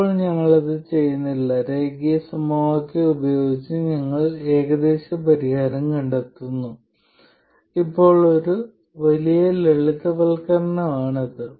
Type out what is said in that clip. ഇപ്പോൾ ഞങ്ങൾ അത് ചെയ്യുന്നില്ല ഒരു രേഖീയ സമവാക്യം ഉപയോഗിച്ച് ഞങ്ങൾ ഏകദേശ പരിഹാരം കണ്ടെത്തുന്നു ഇപ്പോൾ അത് ഒരു വലിയ ലളിതവൽക്കരണം ആണ്